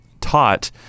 taught